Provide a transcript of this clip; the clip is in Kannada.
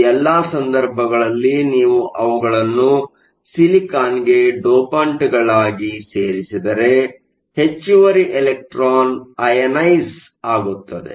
ಈ ಎಲ್ಲಾ ಸಂದರ್ಭಗಳಲ್ಲಿ ನೀವು ಅವುಗಳನ್ನು ಸಿಲಿಕಾನ್ ಗೆ ಡೋಪಂಟ್ಗಳಾಗಿ ಸೇರಿಸಿದರೆ ಹೆಚ್ಚುವರಿ ಎಲೆಕ್ಟ್ರಾನ್ ಐಅಯನೈಸ಼್ ಆಗುತ್ತದೆ